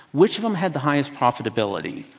which of them had the highest profitability?